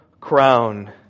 crown